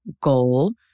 goal